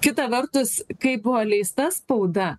kita vertus kai buvo leista spauda